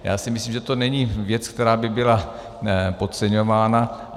Já si myslím, že to není věc, která by byla podceňována.